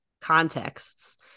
contexts